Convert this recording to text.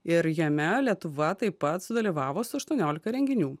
ir jame lietuva taip pat sudalyvavo su aštuoniolika renginių